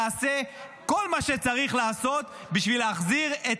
נעשה כל מה שצריך לעשות בשביל להחזיר את